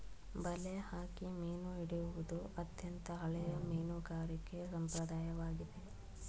ಬಲೆ ಹಾಕಿ ಮೀನು ಹಿಡಿಯುವುದು ಅತ್ಯಂತ ಹಳೆಯ ಮೀನುಗಾರಿಕೆ ಸಂಪ್ರದಾಯವಾಗಿದೆ